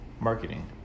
marketing